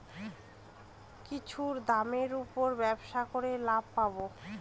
কিছুর দামের উপর ব্যবসা করে লাভ পাবো